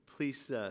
Please